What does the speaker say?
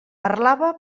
parlava